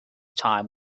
time